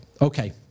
Okay